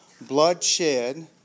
bloodshed